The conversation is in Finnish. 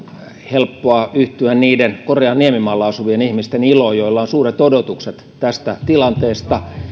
helppoa yhtyä niiden korean niemimaalla asuvien ihmisten iloon joilla on suuret odotukset tästä tilanteesta